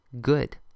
good